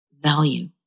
value